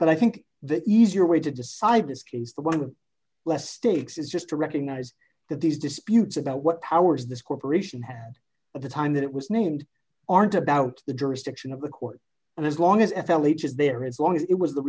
but i think the easier way to decide this case is the one less states is just to recognize that these disputes about what powers this corporation had at the time that it was named aren't about the jurisdiction of the court and as long as f l each is there as long as it was the